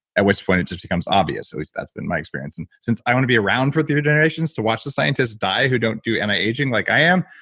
at which point it just becomes obvious, at least that's been my experience and since i want to be around for three generations to watch the scientists die who don't do anti aging like i am,